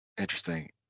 interesting